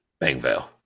Bangvale